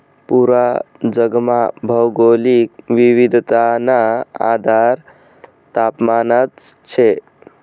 पूरा जगमा भौगोलिक विविधताना आधार तापमानच शे